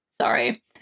Sorry